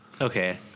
Okay